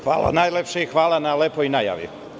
Hvala najlepše i hvala na lepoj najavi.